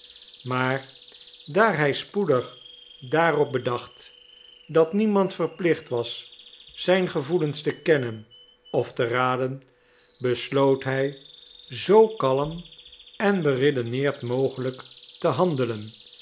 maar daar hij spoedig daarop bedacht dat niemand verplicht was zijn gevoelens te kennen of te raden besloot hij zoo kalm en beredeneerd mogelijk te handelen